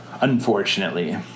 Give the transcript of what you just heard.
unfortunately